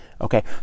okay